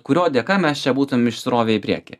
kurio dėka mes čia būtum išsirovė į priekį